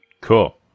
Cool